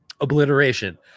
obliteration